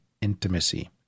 intimacy